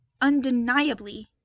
undeniably